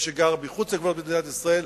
מי שגר מחוץ לגבולות מדינת ישראל.